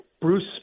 Bruce